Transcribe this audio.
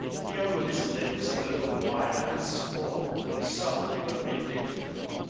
he opened his lips a little wider and swore, softly but vindictively.